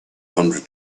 hundred